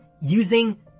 using